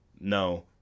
no